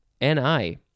N-I